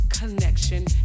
connection